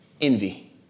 Envy